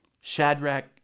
Shadrach